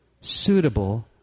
suitable